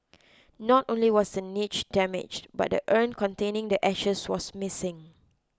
not only was the niche damaged but the urn containing the ashes was missing